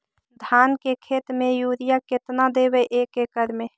धान के खेत में युरिया केतना देबै एक एकड़ में?